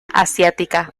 asiática